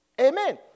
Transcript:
Amen